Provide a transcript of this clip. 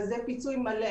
וזה פיצוי מלא.